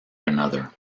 another